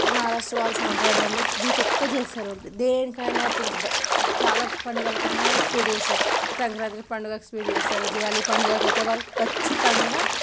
మహారాష్ట్ర వాళ్ళ సాంప్రదాయంలో స్వీట్ ఎక్కువ చేస్తారు వాళ్ళు దేనికైనా ఇప్పుడు చాలా పండుగలకైనా వాళ్ళు స్వీట్ చేస్తారు సంక్రాంతి పండుగకు స్వీట్ చేస్తారు దివాళి పండుగకు అయితే వాళ్ళు ఖచ్చితంగా